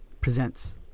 Presents